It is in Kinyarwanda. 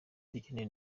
dukeneye